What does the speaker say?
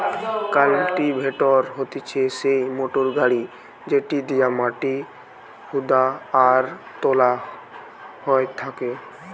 cultivator হতিছে সেই motor গাড়ি যেটি দিয়া মাটি হুদা আর তোলা হয় থাকে